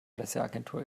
presseagentur